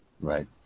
right